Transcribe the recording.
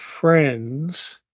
friends